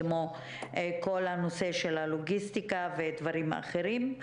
כמו כל הנושא של הלוגיסטיקה ודברים אחרים.